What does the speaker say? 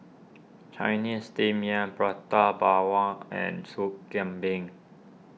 Chinese Steamed Yam Prata Bawang and Soup Kambing